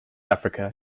africa